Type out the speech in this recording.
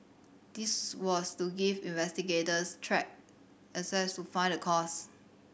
this was to give investigators track access to find the cause